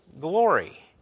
glory